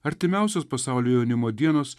artimiausios pasaulio jaunimo dienos